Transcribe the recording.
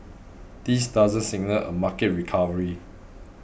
this doesn't signal a market recovery